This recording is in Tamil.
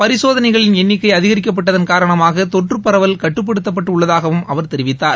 பரிசேதனைகளின் எண்ணிக்கை அதிகரிக்கப்பட்டதன் காரணமாக தொற்று பரவல் கட்டுப்படுத்தப்பட்டு உள்ளதாகவும் அவர் தெரிவித்தார்